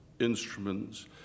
instruments